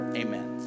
Amen